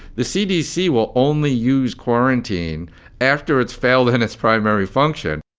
the cdc will only use quarantine after it's failed in its primary function